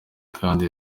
kandi